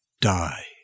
die